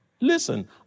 Listen